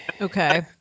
Okay